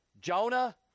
Jonah